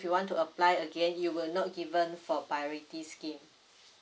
you want to apply again you will not given for priority scheme